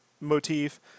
motif